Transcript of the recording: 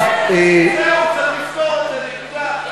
זהו, צריך לפתור את זה, נקודה.